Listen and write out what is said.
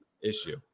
issue